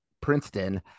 Princeton